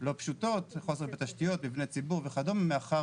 לא פשוטות, חוסר בתשתיות, מבני ציבור וכדומה.